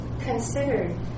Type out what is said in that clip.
considered